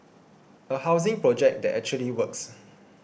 a housing project that actually works